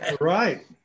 right